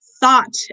thought